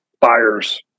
buyers